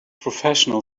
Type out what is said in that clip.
professional